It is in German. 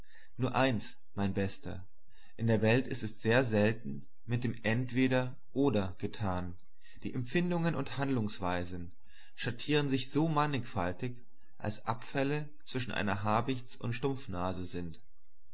nur eins mein bester in der welt ist es sehr selten mit dem entweder oder getan die empfindungen und handlungsweisen schattieren sich so mannigfaltig als abfälle zwischen einer habichts und stumpfnase sind